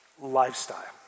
lifestyle